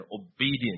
obedience